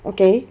okay